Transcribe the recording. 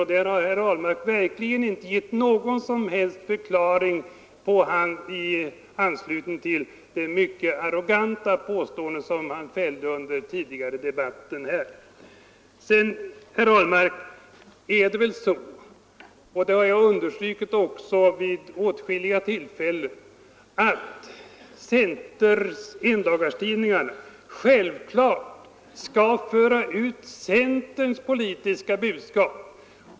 Herr Ahlmark har verkligen inte gett någon som helst förklaring i anslutning till det mycket arroganta påståendet som han fällde under den tidigare debatten. Det är väl självklart — det har jag understrukit vid åtskilliga tillfällen — att centerns endagstidningar skall föra ut centerns politiska budskap.